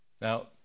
Now